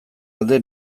alde